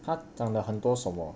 她长的很多什么